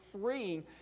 freeing